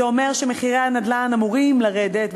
זה אומר שמחירי הנדל"ן אמורים לרדת,